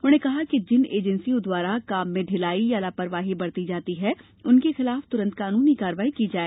उन्होंने कहा कि जिन एजेन्सियों द्वारा काम में ढिलाई या लापरवाही बरती जाती है उनके विरूद्व तुरंत कानूनी कार्रवाई की जाए